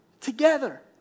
together